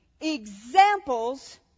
examples